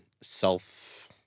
self